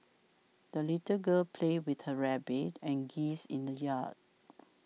the little girl played with her rabbit and geese in the yard